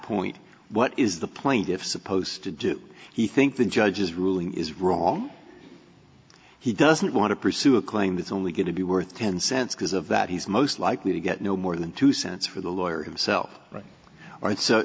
point what is the plaintiff's supposed to do he think the judge's ruling is wrong he doesn't want to pursue a claim that's only going to be worth ten cents because of that he's most likely to get no more than two cents for the lawyer himself